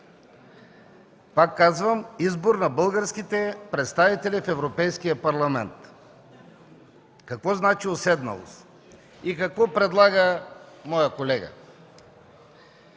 казвам, избор на българските представители в Европейския парламент. Какво значи „уседналост” и какво предлага моят колега?